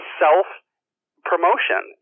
self-promotion